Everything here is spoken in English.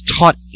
Taught